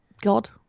god